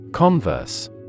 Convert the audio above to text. Converse